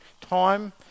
time